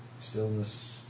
Stillness